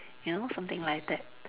you know something like that